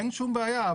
אין שום בעיה.